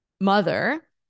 mother